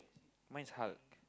mine's heart